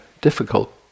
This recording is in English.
difficult